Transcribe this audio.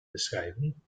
beschrijven